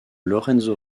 lorenzo